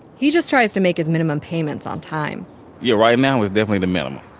he just tries to make his minimum payments on time yeah, right now, it's definitely the minimum,